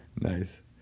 Nice